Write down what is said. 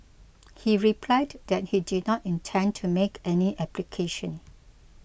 he replied that he did not intend to make any application